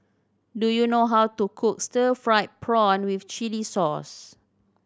do you know how to cook stir fried prawn with chili sauce